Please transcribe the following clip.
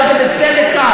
הוא אמר את זה בצדק רב.